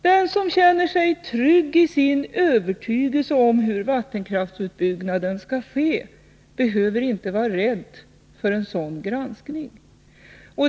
Den som känner sig trygg i övertygelse om hur vattenkraftsutbyggnaden skall ske, behöver inte vara rädd för en sådan granskning.